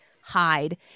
hide